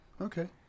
okay